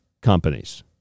companies